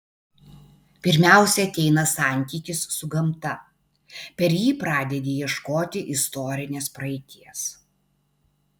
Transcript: pirmiausia ateina santykis su gamta per jį pradedi ieškoti istorinės praeities